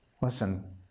Listen